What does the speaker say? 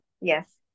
Yes